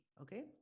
okay